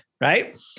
right